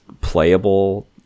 playable